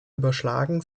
überschlagen